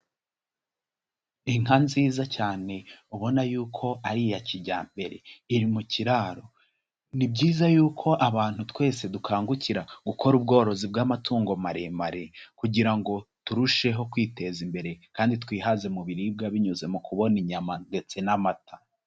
Inka nziza cyane ubona yuko ari iya kijyambere, iri mu kiraro. Ni byiza yuko, abantu twese dukangukira gukora ubworozi bw'amatungo maremare, kugira ngo turusheho kwiteza imbere, kandi twihaze mu biribwa, binyuze mu kubona inyama ndetse n'amata.